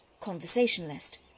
conversationalist